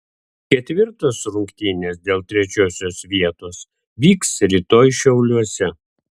ketvirtos rungtynės dėl trečiosios vietos vyks rytoj šiauliuose